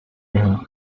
mismo